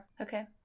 Okay